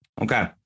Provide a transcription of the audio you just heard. Okay